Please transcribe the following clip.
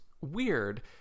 weird